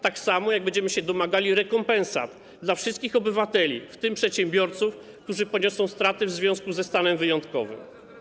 Tak samo jak będziemy domagali się rekompensat dla wszystkich obywateli, w tym przedsiębiorców, którzy poniosą straty w związku ze stanem wyjątkowym.